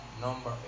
number